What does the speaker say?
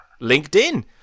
LinkedIn